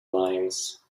limes